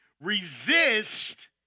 resist